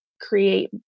create